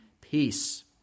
peace